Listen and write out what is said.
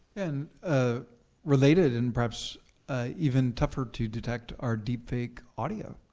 and ah related, and perhaps even tougher to detect are deep fake audio.